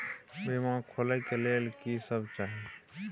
बीमा खोले के लेल की सब चाही?